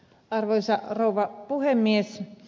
arvoisa rouva puhemies